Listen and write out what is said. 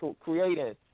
creating